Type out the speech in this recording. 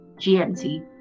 GMT